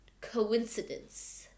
coincidence